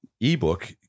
ebook